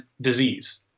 disease